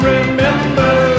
Remember